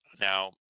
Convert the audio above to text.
Now